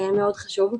זה חשוב מאוד.